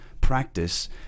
practice